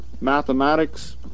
mathematics